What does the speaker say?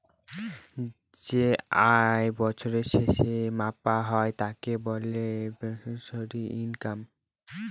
যে আয় বছরের শেষে মাপা হয় তাকে বলে বাৎসরিক ইনকাম